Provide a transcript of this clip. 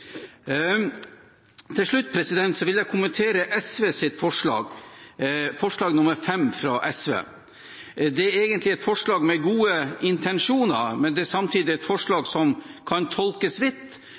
Til slutt vil jeg kommentere SVs forslag, forslag nr. 5. Det er et forslag med gode intensjoner, men det er samtidig et forslag som kan tolkes vidt,